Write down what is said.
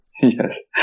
Yes